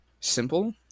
simple